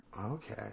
okay